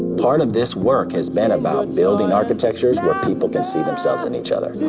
part of this work has been about building architecture people can see themselves in each other. oh,